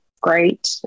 great